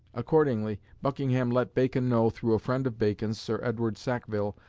accordingly, buckingham let bacon know through a friend of bacon's, sir edward sackville,